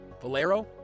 Valero